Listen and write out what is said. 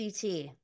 CT